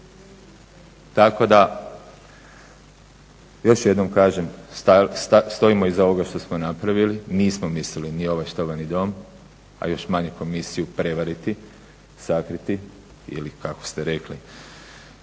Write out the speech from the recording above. Tako da još jednom kažem, stojimo iza ovoga što smo napravili. Nismo mislili ni ovaj štovani dom a još manje komisiju prevariti, sakriti ili kako ste rekli